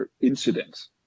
incidents